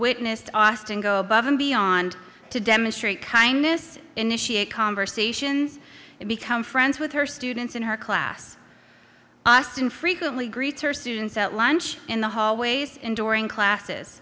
witnessed austin go above and beyond to demonstrate kindness initiate conversations and become friends with her students in her class austin frequently greets her students at lunch in the hallways and during classes